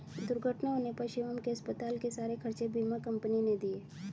दुर्घटना होने पर शिवम के अस्पताल के सारे खर्चे बीमा कंपनी ने दिए